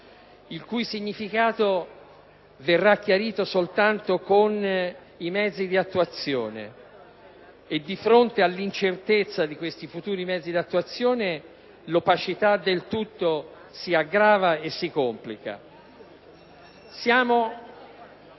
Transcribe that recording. il cui significato verrachiarito soltanto con i mezzi di attuazione; e di fronte all’incertezza di questi futuri mezzi di attuazione l’opacita del tutto si aggrava e si complica.